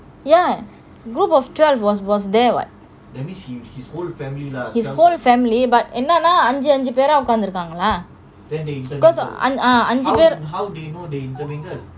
ya group of twelve was was there his whole family but என்ன அஞ்சி அஞ்சி பெற உக்காந்து இருகாங்க அஞ்சி அஞ்சி பெரு:enna anji anji pera ukanthu irukanga anji anji peru